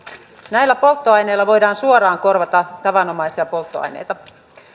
näillä polttoaineilla voidaan suoraan korvata tavanomaisia polttoaineita